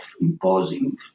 imposing